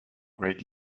great